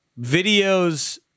videos